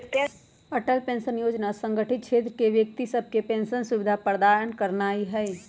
Atal pension जोजना असंगठित क्षेत्र के व्यक्ति सभके पेंशन सुविधा प्रदान करनाइ हइ